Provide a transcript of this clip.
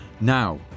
Now